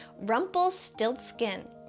Rumpelstiltskin